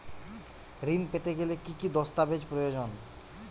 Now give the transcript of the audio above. ঋণ পেতে গেলে কি কি দস্তাবেজ প্রয়োজন?